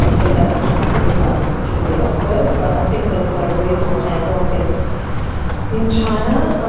um so that's kind of a bit like the tip of the iceberg, but i think they've got a reasonable handle on things in china.